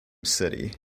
city